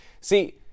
see